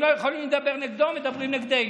הם לא יכולים לדבר נגדו, מדברים נגדנו.